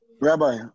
Rabbi